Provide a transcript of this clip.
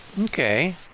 Okay